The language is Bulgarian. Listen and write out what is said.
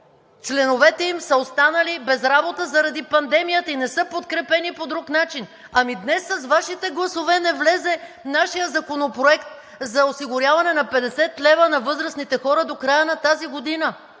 членовете им са останали без работа заради пандемията и не са подкрепени по друг начин. Ами днес с Вашите гласове не влезе нашият законопроект за осигуряване на 50 лв. на възрастните хора до края на тази година.